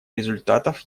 результатов